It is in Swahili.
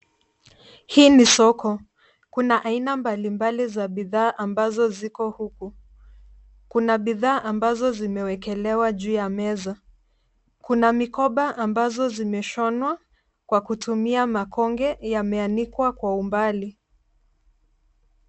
Hii ni soko. Kuna aina mbalimbali za bidhaa ambazo ziko huku. Kuna bidhaa ambazo zimewekelewa juu ya meza. Kuna mikoba ambazo zimeshonwa kwa kutumia makonge yameanikwa kwa umbali.